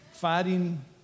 Fighting